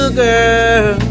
girl